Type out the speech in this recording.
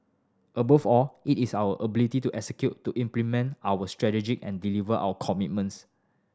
above all it is our ability to execute to implement our strategy and deliver our commitments